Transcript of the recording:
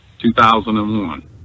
2001